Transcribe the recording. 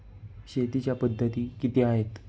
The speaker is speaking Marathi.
शेतीच्या पद्धती किती आहेत?